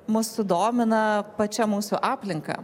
mus sudomina pačia mūsų aplinka